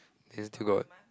then still got